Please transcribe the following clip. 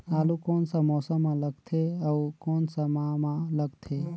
आलू कोन सा मौसम मां लगथे अउ कोन सा माह मां लगथे?